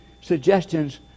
suggestions